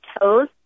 toes